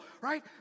right